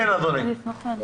רפאל קלנר